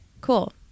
Cool